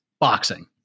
boxing